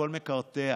הכול מקרטע.